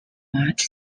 much